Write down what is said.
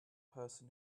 person